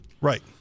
right